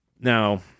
Now